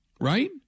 right